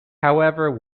however